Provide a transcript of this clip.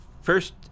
First